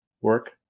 work